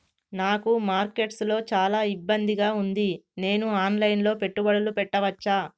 నాకు మార్కెట్స్ లో చాలా ఇబ్బందిగా ఉంది, నేను ఆన్ లైన్ లో పెట్టుబడులు పెట్టవచ్చా?